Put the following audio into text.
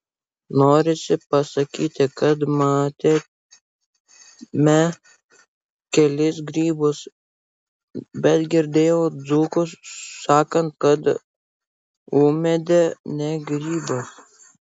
norisi pasakyti kad matėme kelis grybus bet girdėjau dzūkus sakant kad ūmėdė ne grybas